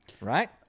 right